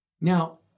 Now